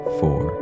four